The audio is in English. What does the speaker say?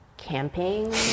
camping